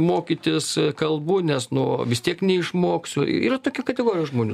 mokytis kalbų nes nu vis tiek neišmoksiu yra tokia kategorija žmonių